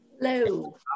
Hello